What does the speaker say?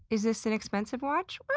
is this an expensive watch?